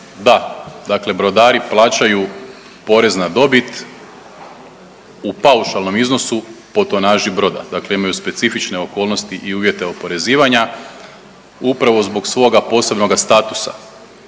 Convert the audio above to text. Da, dakle brodari plaćaju porez na dobit u paušalnom iznosu po tonaži broda, dakle imaju specifične okolnosti i uvjete oporezivanja upravo zbog svoga posebnoga statusa.